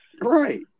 Right